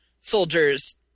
soldiers